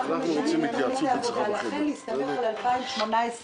יש לנו מרכז לוגיסטי בשוהם שהתחזוקה שלו עולה כסף